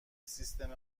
سیستم